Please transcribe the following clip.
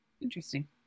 interesting